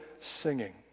singing